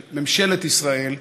של ממשלת ישראל,